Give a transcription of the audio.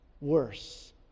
worse